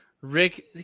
rick